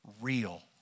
real